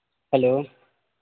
hello